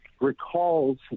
recalls